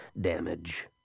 damage